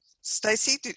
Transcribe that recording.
Stacey